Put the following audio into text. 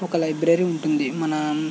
ఒక లైబ్రరీ ఉంటుంది మన